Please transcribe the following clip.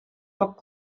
poc